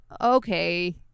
okay